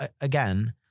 again